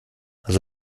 also